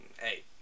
hey